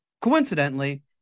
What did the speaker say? Coincidentally